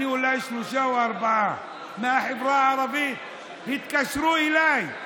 אולי שלושה או ארבעה מהחברה הערבית התקשרו אליי,